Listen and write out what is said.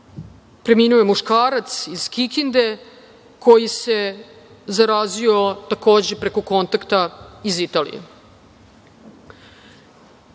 preminuo je muškarac iz Kikinde, koji se zarazio takođe preko kontakta iz